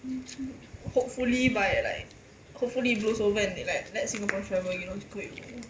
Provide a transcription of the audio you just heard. hopefully by like hopefully blows over and like let singapore travel